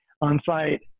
on-site